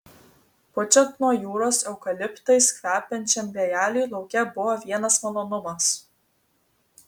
pučiant nuo jūros eukaliptais kvepiančiam vėjeliui lauke buvo vienas malonumas